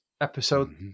episode